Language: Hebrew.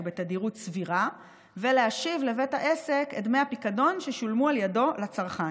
בתדירות סבירה ולהשיב לבתי העסק את דמי הפיקדון ששולמו על ידו לצרכן.